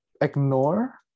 ignore